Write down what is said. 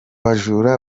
bajura